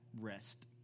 Rest